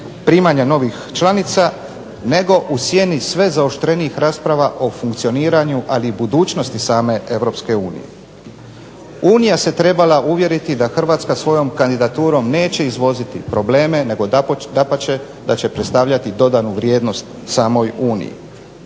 primanja novih članica nego u sjeni sve zaoštrenijih rasprava o funkcioniranju ali i budućnosti same Europske unije. Unija se trebala uvjeriti da Hrvatska svojom kandidaturom neće izvoziti probleme nego dapače, da će predstavljati dodanu vrijednost samoj Uniji.